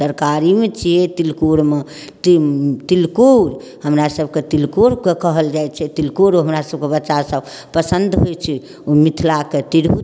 तरकारी भी होइ छै तिलकोर मे तिलकोर हमरा सबकेॅं तिलकोरके कहल जाइ छै तिलकोर हमरा सबके बच्चा सब पसन्द होइ छै ओ मिथिला के तिरहुत